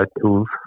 tools